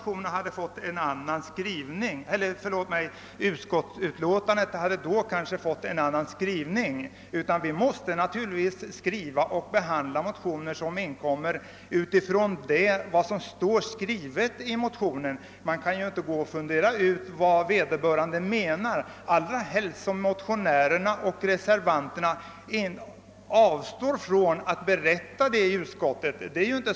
I så fall kanske utskottsutlåtandet hade fått en annan skrivning. Vi måste naturligtvis behandla motioner utifrån vad som står skrivet i dem. Man kan inte fundera på om vederbörande menar något annat, allra helst som motionärerna och reservanterna avstår från att berätta det i utskottet.